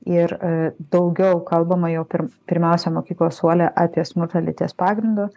ir a daugiau kalbama jau pirm pirmiausia mokyklos suole apie smurtą lyties pagrindu